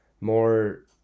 More